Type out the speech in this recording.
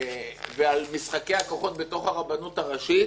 ועל משחקי הכוחות בתוך הרבנות הראשית